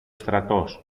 στρατός